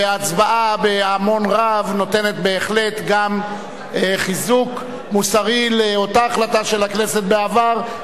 והצבעה בהמון רב נותנת בהחלט גם חיזוק מוסרי לאותה החלטה של הכנסת בעבר,